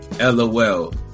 LOL